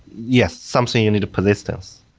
yes. something you need persistence.